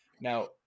Now